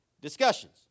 discussions